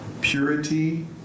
purity